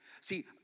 See